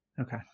Okay